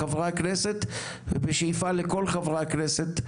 לחברי הכנסת ובשאיפה לכל חברי הכנסת,